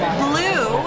blue